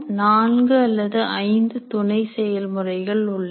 நான்கு அல்லது ஐந்து துணை செயல்முறைகள் உள்ளன